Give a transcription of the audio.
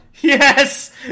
Yes